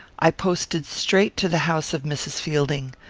i posted straight to the house of mrs. fielding.